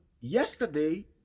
yesterday